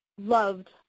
loved